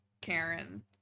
Karen